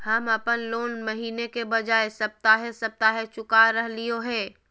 हम अप्पन लोन महीने के बजाय सप्ताहे सप्ताह चुका रहलिओ हें